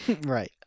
right